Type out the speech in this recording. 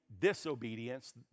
disobedience